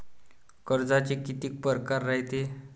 कर्जाचे कितीक परकार रायते?